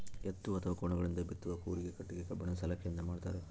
ಎತ್ತು ಅಥವಾ ಕೋಣಗಳಿಂದ ಬಿತ್ತುವ ಕೂರಿಗೆ ಕಟ್ಟಿಗೆ ಕಬ್ಬಿಣದ ಸಲಾಕೆಯಿಂದ ಮಾಡ್ತಾರೆ